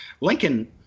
Lincoln